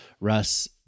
Russ